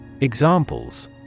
Examples